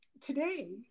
today